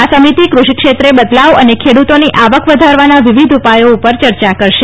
આ સમિતી કૂષિ ક્ષેત્રે બદલાવ અને ખેડૂતોની આવક વધારવાના વિવિધ ઉપાયો પર ચર્ચા કરશે